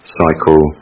cycle